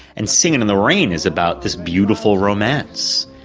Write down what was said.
and singin' in the rain is about this beautiful romance,